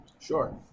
sure